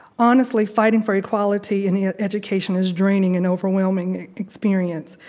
honestly, fighting for equality in education is draining and overwhelming experience,